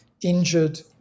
injured